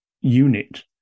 unit